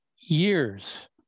years